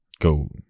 go